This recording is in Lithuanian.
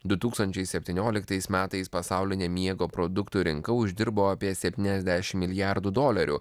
du tūkstančiai septynioliktais metais pasaulinė miego produktų rinka uždirbo apie septyniasdešimt milijardų dolerių